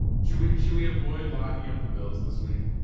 should we, should we avoid locking up the bills this week?